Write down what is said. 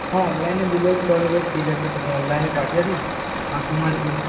হ্যাঁ অনলাইনে দিলেও চলবে ঠিক আছে তুমি অনলাইনে পাঠিয়ে দিও আর তোমার